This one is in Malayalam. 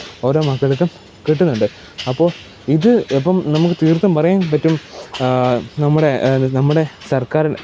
ഓരോ മക്കൾക്കും കിട്ടുന്നുണ്ട് അപ്പോൾ ഇത് ഇപ്പം നമുക്ക് തീർത്തും പറയാൻ പറ്റും നമ്മുടെ നമ്മുടെ സർക്കാര്